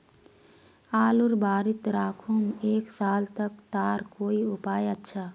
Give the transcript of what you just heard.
आलूर बारित राखुम एक साल तक तार कोई उपाय अच्छा?